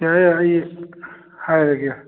ꯌꯥꯔꯦ ꯌꯥꯔꯦ ꯑꯩ ꯍꯥꯏꯔꯒꯦ